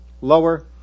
lower